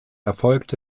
erfolgt